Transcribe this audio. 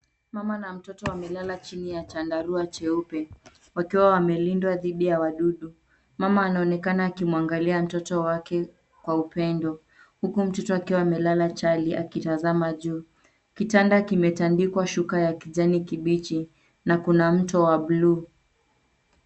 Mama na mtoto wamelala chini ya chandarua cheupe, wakiwa wamelindwa dhidi ya wadudu. Mama anaonekana akimwangalia mtoto wake kwa upendo huku mtoto akiwa amelala chali akitazama juu. Kitanda kimetandikwa shuka ya kijani kibichi, na kuna mto wa bluu.